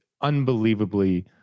unbelievably